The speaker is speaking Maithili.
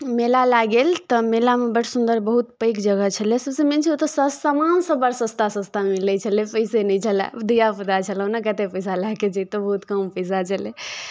मेला लए गेल तऽ मेलामे बड़ सुन्दर बहुत पैघ जगह छलए सभसँ मेन छै ओतय सस्त सामानसभ बड़ सस्ता सस्ता मिलै छलय पैसे नहि छलए धियापुता छलहुँ ने कतेक पैसा लए कऽ जइतहुँ बड़ कम पैसा छलय